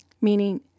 meaning